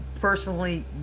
personally